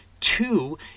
Two